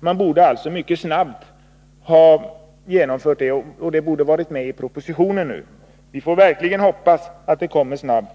Man borde mycket snabbt ha genomfört förslaget och tagit med det i propositionen. Vi får verkligen hoppas att det kommer snabbt.